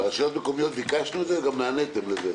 ברשויות המקומיות ביקשנו את זה וגם נעניתם לזה.